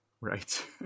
Right